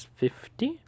fifty